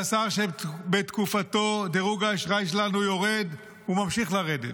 והשר שבתקופתו דירוג האשראי שלנו יורד וממשיך לרדת,